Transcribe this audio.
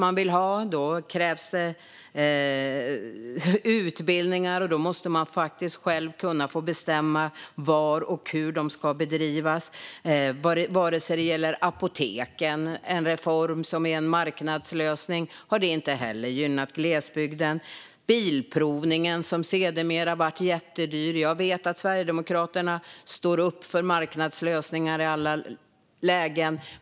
Det krävs utbildningar, och man måste själv få bestämma var och hur de ska bedrivas. Detsamma gäller apoteksreformen, där marknadslösningen inte heller har gynnat glesbygden, och bilprovningen, som blev jättedyr. Jag vet att Sverigedemokraterna står upp för marknadslösningar i alla lägen.